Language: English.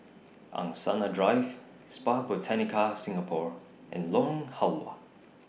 Angsana Drive Spa Botanica Singapore and Lorong Halwa